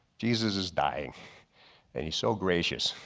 jesus is dying and he's so gracious